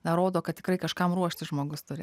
rodo kad tikrai kažkam ruoštis žmogus turi